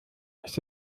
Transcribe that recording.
ist